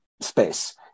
space